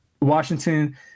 Washington